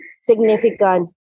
significant